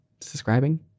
Subscribing